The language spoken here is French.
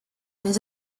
les